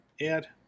add